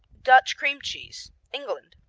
dutch cream cheese england